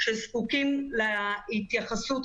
שזקוקים להתייחסות